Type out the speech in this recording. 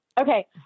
Okay